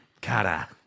Cara